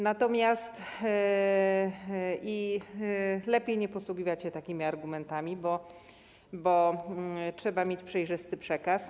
Natomiast lepiej nie posługiwać się takimi argumentami, bo trzeba mieć przejrzysty przekaz.